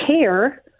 care